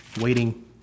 waiting